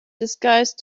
disguised